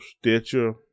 Stitcher